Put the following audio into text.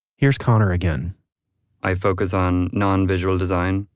here's conor again i focus on non-visual design.